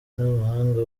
n’amahanga